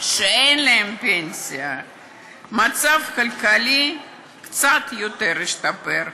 שאין להם פנסיה מצב כלכלי קצת יותר משופר,